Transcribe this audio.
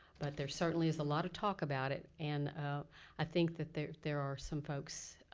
but there certainly is a lot of talk about it. and i think that there there are some folks,